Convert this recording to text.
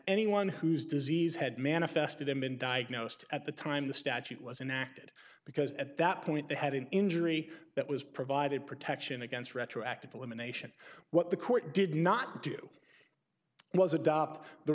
anyone whose disease had manifested and been diagnosed at the time the statute was enacted because at that point they had an injury that was provided protection against retroactive elimination what the court did not do was a